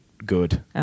Good